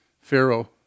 Pharaoh